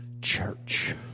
church